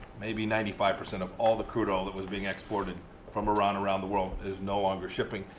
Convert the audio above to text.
maybe ninety five percent, of all the crude oil that was being exported from iran around the world is no longer shipping.